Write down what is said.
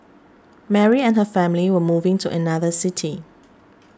Mary and her family were moving to another city